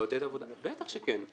בטח שכן,